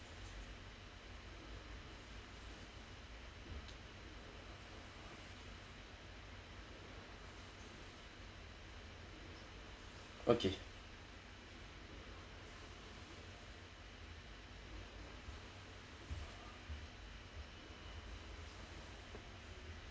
okay